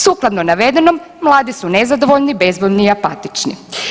Sukladno navedenom mladi su nezadovoljni, bezvoljni i apatični.